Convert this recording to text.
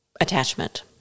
attachment